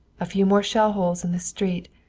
a few more shell holes in the street,